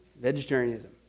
vegetarianism